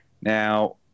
Now